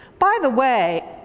by the way,